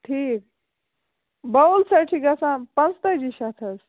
ٹھیٖک باوُل سٮ۪ٹ چھِ گژھان پانٛژھ تٲجی شَتھ حظ